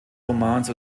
romans